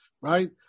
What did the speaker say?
right